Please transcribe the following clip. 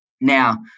Now